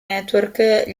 network